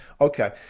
Okay